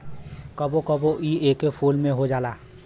कबो कबो इ एके फूल में हो जाला